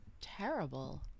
terrible